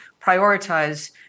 prioritize